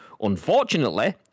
unfortunately